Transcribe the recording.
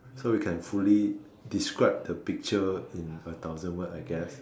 so we can fully describe the picture in a thousand word I guess